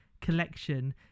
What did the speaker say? collection